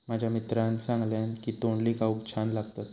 माझ्या मित्रान सांगल्यान की तोंडली खाऊक छान लागतत